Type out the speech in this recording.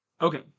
Okay